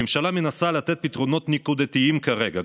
הממשלה מנסה לתת פתרונות נקודתיים כרגע,